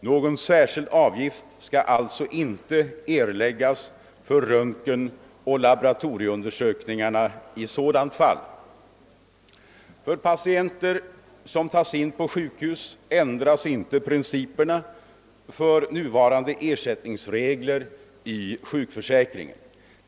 Någon särskild avgift skall alltså inte erläggas för röntgenoch laboratorieundersökningarna i sådant fall. För patienter som tas in på sjukhus ändras inte principerna för nuvarande ersättningsregler i - sjukförsäkringen.